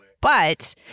but-